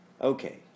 Okay